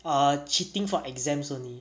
err cheating for exams only